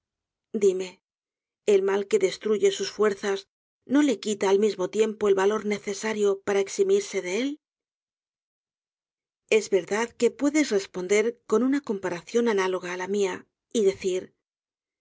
díme el mal que destruye sus fuerzas no le quita al mismo tiempo el valor necesario para eximirse de él es verdad que puedes responder con una comparación análoga á la mía y decir